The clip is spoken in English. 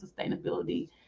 sustainability